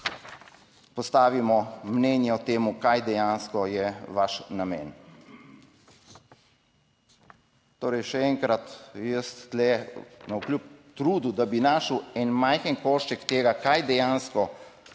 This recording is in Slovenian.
postavimo mnenje o tem, kaj dejansko je vaš namen. Torej, še enkrat, jaz tu navkljub trudu, da bi našel en majhen košček tega, kaj dejansko